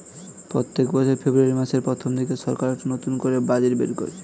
প্রত্যেক বছর ফেব্রুয়ারি মাসের প্রথম দিনে সরকার একটা করে নতুন বাজেট বের করে